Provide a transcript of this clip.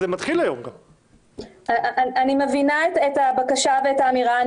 אני מבינה את הבקשה ואת האמירה,